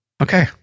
Okay